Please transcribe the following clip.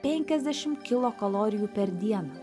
penkiasdešim kilokalorijų per dieną